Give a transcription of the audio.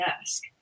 desk